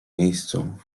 miejscu